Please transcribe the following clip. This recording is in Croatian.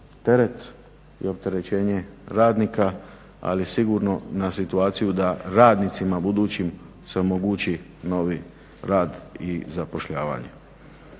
teret i opterećenje radnika, ali sigurno na situaciju da radnicima budućim se omogući novi rad i zapošljavanje.